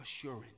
assurance